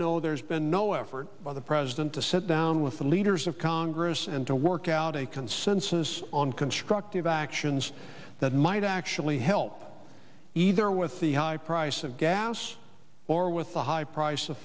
know there's been no effort by the president to sit down with the leaders of congress and to work out a consensus on constructive actions that might actually help either with the high price of gas or with the high price of